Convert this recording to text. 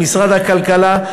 למשרד הכלכלה,